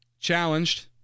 challenged